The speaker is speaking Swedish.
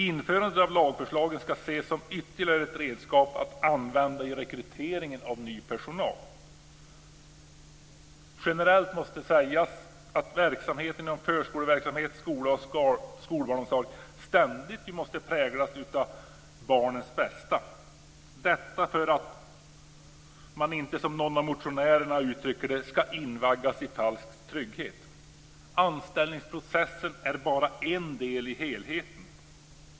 Införande av lagförslagen ska ses som ytterligare ett redskap att använda i rekryteringen av ny personal. Generellt måste sägas att verksamheterna inom förskola, skola och skolbarnomsorg ständigt måste präglas av barnens bästa. Detta är för att man inte, som någon av motionärerna uttrycker det, ska invaggas i falsk trygghet. Anställningsprocessen är bara en del i helheten.